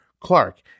Clark